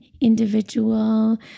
individual